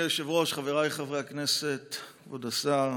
אדוני היושב-ראש, חבריי חברי הכנסת, כבוד השר,